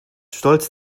stolz